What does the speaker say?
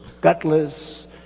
gutless